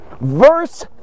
verse